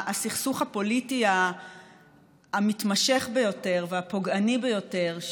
הסכסוך הפוליטי המתמשך ביותר והפוגעני ביותר,